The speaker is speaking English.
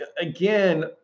again